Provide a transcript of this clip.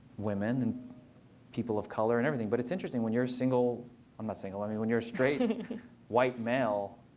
women and people of color and everything. but it's interesting. when you're single i'm not single. i mean, when you're a straight and white male,